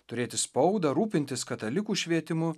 turėti spaudą rūpintis katalikų švietimu